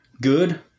good